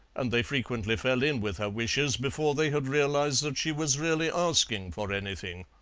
and they frequently fell in with her wishes before they had realized that she was really asking for anything.